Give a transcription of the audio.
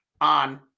on